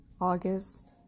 August